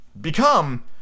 become